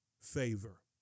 Favor